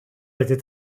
était